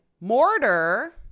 Mortar